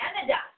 Canada